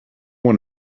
want